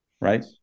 right